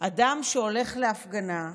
אדם שהולך להפגנה,